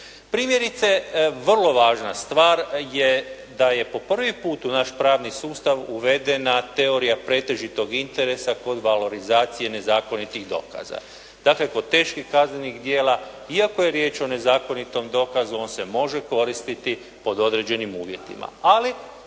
Primjerice, vrlo važna stvar je da je po prvi put u naš pravni sustav uvedena teorija pretežitog interesa kod valorizacije nezakonitih dokaza, dakako teških kaznenih djela, iako je riječ o nezakonitom dokazu, on se može koristiti pod određenim uvjetima. Ali